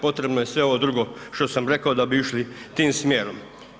Potrebno je sve ovo drugo što sam rekao da bi išli tim smjerom.